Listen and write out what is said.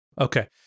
Okay